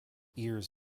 ears